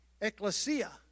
ecclesia